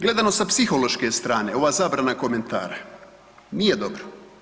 Gledano sa psihološke strane, ova zabrana komentara nije dobra.